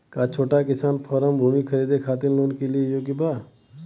का छोटा किसान फारम भूमि खरीदे खातिर लोन के लिए योग्य बा?